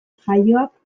jaioak